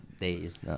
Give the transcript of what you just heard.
days